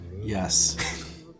Yes